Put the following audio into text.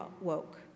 woke